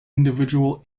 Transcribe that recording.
individual